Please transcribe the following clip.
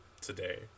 today